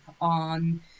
on